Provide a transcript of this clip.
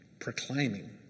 Proclaiming